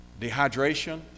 dehydration